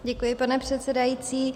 Děkuji, pane předsedající.